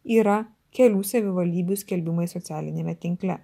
yra kelių savivaldybių skelbimai socialiniame tinkle